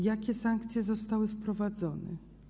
Jakie sankcje zostały wprowadzone?